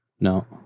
no